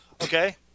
Okay